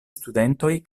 studentoj